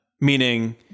Meaning